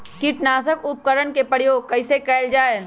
किटनाशक उपकरन का प्रयोग कइसे कियल जाल?